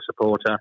supporter